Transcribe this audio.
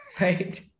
Right